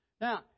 Now